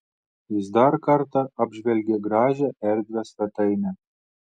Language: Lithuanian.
jis dar kartą apžvelgė gražią erdvią svetainę